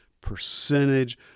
percentage